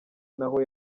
naho